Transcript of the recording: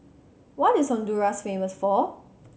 what is Honduras famous for